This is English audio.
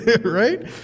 Right